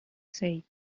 say